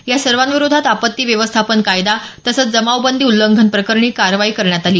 या सर्वांविरोधात आपत्ती व्यवस्थापन कायदा तसंच जमावबंदी उल्लंघन प्रकरणी कारवाई करण्यात आली